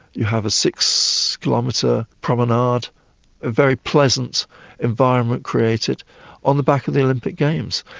you have a six-kilometre promenade, a very pleasant environment created on the back of the olympic games.